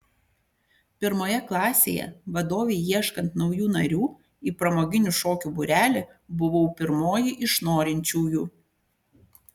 pirmoje klasėje vadovei ieškant naujų narių į pramoginių šokių būrelį buvau pirmoji iš norinčiųjų